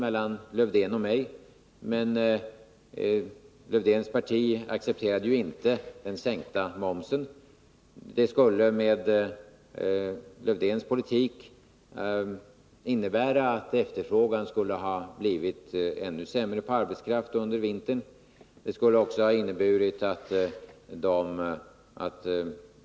Men Lars-Erik Lövdéns parti accepterade ju inte en sänkning av momsen. Lars-Erik Lövdéns politik skulle ha fått till resultat att efterfrågan på arbetskraft under vintern skulle ha blivit ännu mindre.